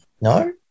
No